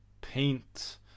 paint